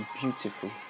beautiful